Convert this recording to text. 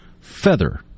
feather